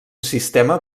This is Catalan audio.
sistema